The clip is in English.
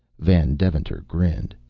van deventer grinned.